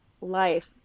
life